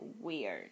weird